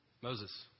Moses